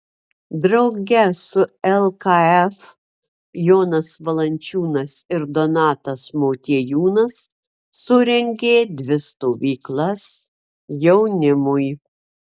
drauge su lkf jonas valančiūnas ir donatas motiejūnas surengė dvi stovyklas jaunimui